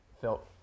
felt